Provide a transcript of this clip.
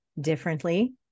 differently